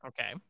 Okay